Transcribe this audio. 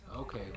Okay